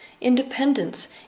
Independence